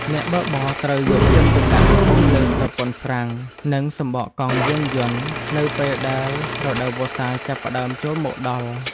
អ្នកបើកបរត្រូវយកចិត្តទុកដាក់ខ្ពស់លើប្រព័ន្ធហ្វ្រាំង និងសំបកកង់យានយន្តនៅពេលដែលរដូវវស្សាចាប់ផ្តើមចូលមកដល់។